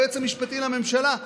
היועץ המשפטי לממשלה,